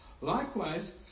Likewise